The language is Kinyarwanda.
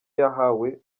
yahawe